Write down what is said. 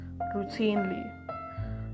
routinely